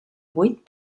vuit